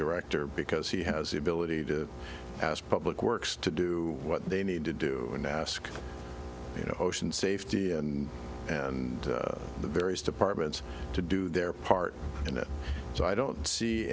director because he has the ability to ask public works to do what they need to do and ask you know ocean safety and and the various departments to do their part in it so i don't see